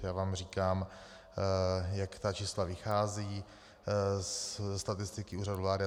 Já vám říkám, jak ta čísla vycházejí ze statistiky Úřadu vlády.